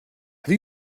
have